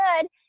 good